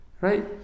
right